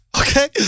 Okay